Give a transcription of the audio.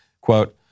quote